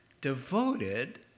devoted